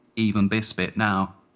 even this bit, now.